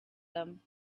them